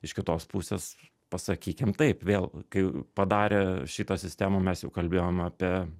iš kitos pusės pasakykim taip vėl kai padarė šitą sistemą mes jau kalbėjom apie